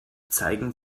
zeigen